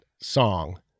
song